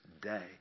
day